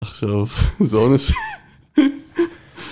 עכשיו, זה עונש.